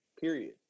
period